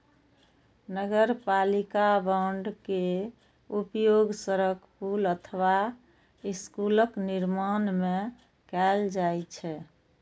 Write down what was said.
नगरपालिका बांड के उपयोग सड़क, पुल अथवा स्कूलक निर्माण मे कैल जाइ छै